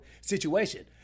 situation